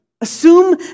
Assume